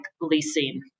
leasing